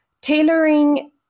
tailoring